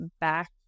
back